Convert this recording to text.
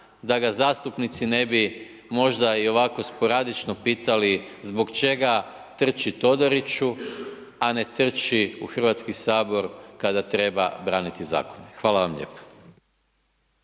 da ga zastupnici ne bi možda i ovako sporadično pitali zbog čega trči Todoriću, a ne trči u Hrvatski sabor kada treba braniti zakon. Hvala vam lijepa.